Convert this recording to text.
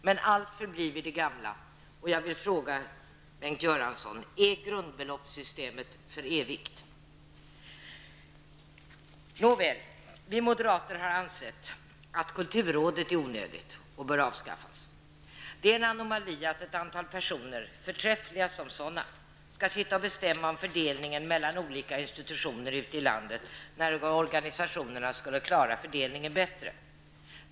Men allt förblir vid det gamla, och jag vill fråga Bengt Göransson: Vi moderater har länge ansett att kulturrådet är onödigt och bör avskaffas. Det är en anomali att ett antal personer -- förträffliga som sådana -- skall sitta och bestämma om fördelningen mellan olika institutioner ute i landet, när organisationerna i sig skulle kunna klara fördelningen bättre.